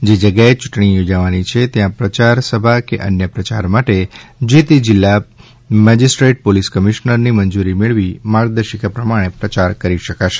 જે જગ્યાએ યૂંટણી યોજવાની છે ત્યાં પ્રયાર સભા કે અન્ય પ્રચાર માટે જેતે જિલ્લા મેજીસ્ટ્રેટ પોલીસ કમિશ્નરની મંજૂરી મેળવી માર્ગદર્શિકા પ્રમાણે પ્રચાર કરી શકાશે